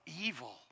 evil